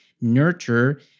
nurture